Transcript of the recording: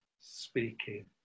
speaking